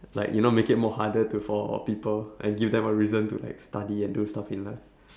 like you know make it more harder to for people and give them a reason to study and do stuff in life